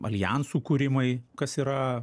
aljansų kūrimai kas yra